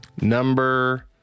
Number